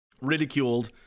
ridiculed